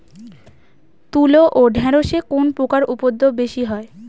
তুলো ও ঢেঁড়সে কোন পোকার উপদ্রব বেশি হয়?